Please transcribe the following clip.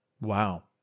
Wow